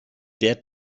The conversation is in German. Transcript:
der